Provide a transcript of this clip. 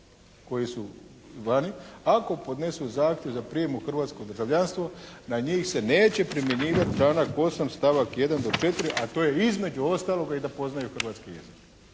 koji su vani ako podnesu zahtjev za prijem u hrvatsko državljanstvo na njih se neće primjenjivati članak 8. stavak 1. do 4. a to je između ostaloga i da poznaju hrvatski jezik.»